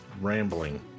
rambling